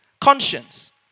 conscience